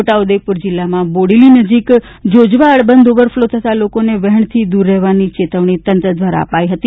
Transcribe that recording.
છોટાઉદેપુર જિલ્લામાં બોડેલી નજીક જોજવા આડબંધ ઓવરફલો થતા લોકોને વહેણથી દૂર રહેવાની ચેતવણી તંત્ર દ્વારા અપાઇ છે